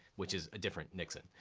which is a different nixon.